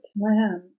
plan